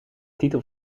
titel